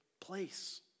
place